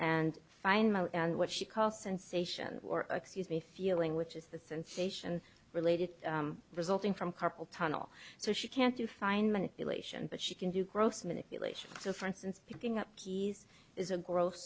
find and what she calls sensation or excuse me feeling which is the sensation related resulting from carpal tunnel so she can't define manipulation but she can do gross manipulation so for instance picking up keys is a gross